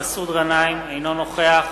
מסעוד גנאים, אינו נוכח